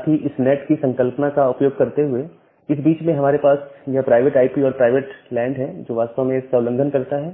साथ ही इस नैट की संकल्पना का उपयोग करते हुए इस बीच में हमारे पास यह प्राइवेट आईपी और प्राइवेट लैंड है जो वास्तव में इसका उल्लंघन करता है